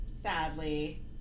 Sadly